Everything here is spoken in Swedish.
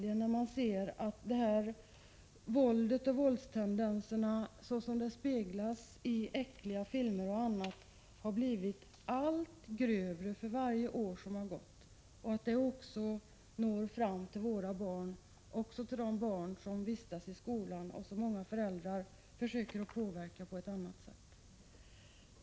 Men man ser att detta våld och dessa våldstendenser såsom de speglas i äckliga filmer och annat har blivit allt grövre för varje år som gått, och det når fram till våra barn — också till de barn som vistas i skolan och som många föräldrar försöker påverka på ett annat sätt.